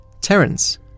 Terence